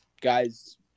guys